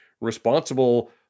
responsible